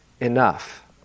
enough